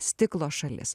stiklo šalis